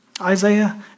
Isaiah